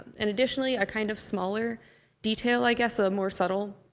and additionally a kind of smaller detail, i guess, a more subtle,